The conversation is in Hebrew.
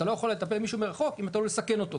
אתה לא יכול לטפל במישהו מרחוק אם אתה עלול לסכן אותו.